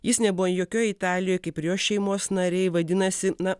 jis nebuvo jokioj italijoj kaip ir jo šeimos nariai vadinasi na